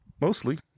Mostly